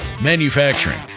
Manufacturing